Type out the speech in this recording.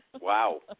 Wow